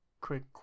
quick